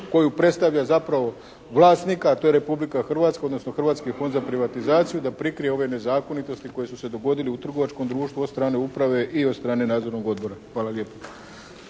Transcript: koju predstavlja zapravo vlasnik, a to je Republika Hrvatska odnosno Hrvatski fond za privatizaciju da prihvati ove nezakonitosti koje su se dogodile u trgovačkom društvu od strane uprave i od strane Nadzornog odbora. Hvala lijepa.